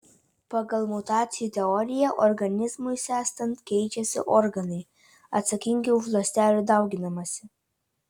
pagal mutacijų teoriją organizmui senstant keičiasi organai atsakingi už ląstelių dauginimąsi